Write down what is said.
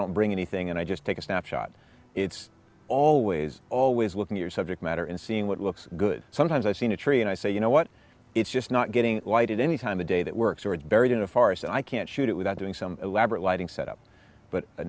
don't bring anything and i just take a snapshot it's always always looking your subject matter in seeing what looks good sometimes i seen a tree and i say you know what it's just not getting lighted any time a day that works or is buried in a farce i can't shoot without doing some elaborate lighting set up but